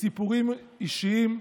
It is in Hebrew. סיפורים אישיים,